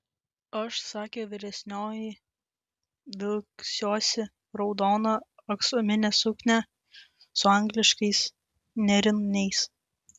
aš sakė vyresnioji vilksiuosi raudoną aksominę suknią su angliškais nėriniais